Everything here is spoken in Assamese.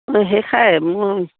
অঁ সেইষাৰেই মোৰ